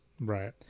Right